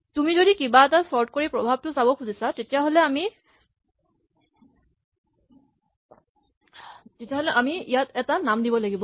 তুমি যদি কিবা এটা চৰ্ট কৰি প্ৰভাৱটো চাব খুজিছা তেতিয়াহ'লে আমি ইয়াক এটা নাম দিব লাগিব